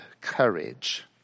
courage